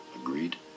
Agreed